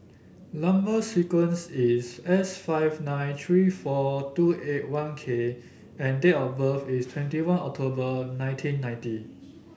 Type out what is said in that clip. number sequence is S five nine three four two eight one K and date of birth is twenty one October nineteen ninety